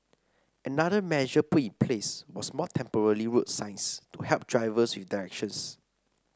another measure put in place was more temporary road signs to help drivers with directions